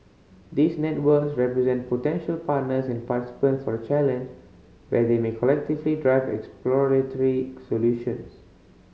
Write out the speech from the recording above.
these networks represent potential partners and participants for the challenge where they may collectively drive exploratory solutions